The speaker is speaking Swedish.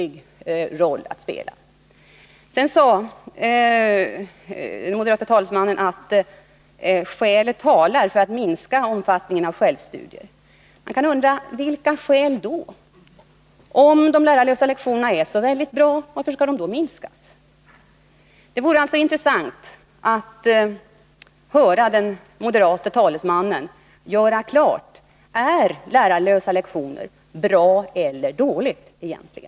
Det är att spela en ynklig roll. Den moderate talesmannen sade att skäl talar för att man skall minska omfattningen av självstudier. Man kan undra: Vilka skäl då? Om de lärarlösa lektionerna är så bra, varför skall de då minskas? Det vore intressant att få höra den moderate talesmannen göra klart om lärarlösa lektioner egentligen är bra eller dåliga.